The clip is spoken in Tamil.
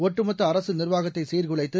ஒட்டுமொத்த அரசு நிர்வாகத்தை சீர்குலைத்து